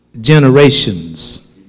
generations